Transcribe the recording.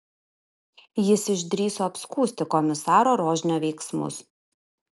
jis išdrįso apskųsti komisaro rožnio veiksmus